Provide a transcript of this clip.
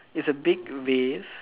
it's a big vase